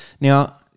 Now